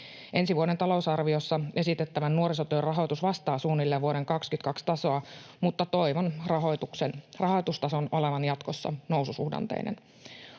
Ensi vuoden talousarviossa esitettävän nuorisotyön rahoitus vastaa suunnilleen vuoden 22 tasoa, mutta toivon rahoitustason olevan jatkossa noususuhdanteinen.